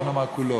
לא נאמר כולו,